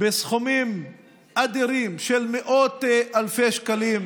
בסכומים אדירים של מאות אלפי שקלים